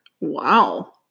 Wow